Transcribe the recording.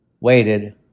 waited